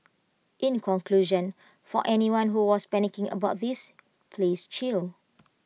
in conclusion for anyone who was panicking about this please chill